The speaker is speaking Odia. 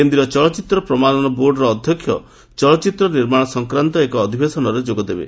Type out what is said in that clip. କେନ୍ଦ୍ରୀୟ ଚଳଚ୍ଚିତ୍ର ପ୍ରମାଣନ ବୋର୍ଡ଼ର ଅଧ୍ୟକ୍ଷ ଚଳଚ୍ଚିତ୍ର ନିର୍ମାଣ ସଂକ୍ରାନ୍ତ ଏକ ଅଧିବେଶନରେ ଯୋଗ ଦେବେ